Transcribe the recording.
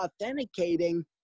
authenticating